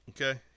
Okay